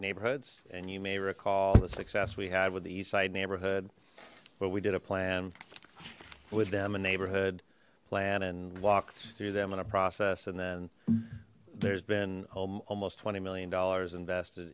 neighborhoods and you may recall the success we had with the east side neighborhood where we did a plan with them a neighborhood plan and walked through them in a process and then there's been almost twenty million dollars invested